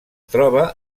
troba